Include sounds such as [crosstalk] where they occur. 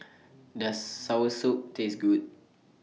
[noise] Does Soursop Taste Good